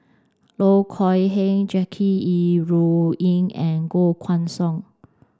Loh Kok Heng Jackie Yi Ru Ying and Koh Guan Song